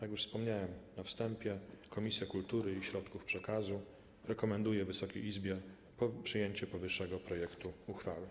Jak już wspomniałem na wstępie, Komisja Kultury i Środków Przekazu rekomenduje Wysokiej Izbie przyjęcie powyższego projektu uchwały.